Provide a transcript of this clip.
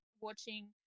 watching